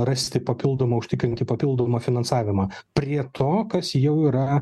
rasti papildomą užtikrinti papildomą finansavimą prie to kas jau yra